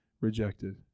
rejected